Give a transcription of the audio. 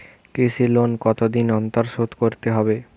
কৃষি লোন কতদিন অন্তর শোধ করতে হবে?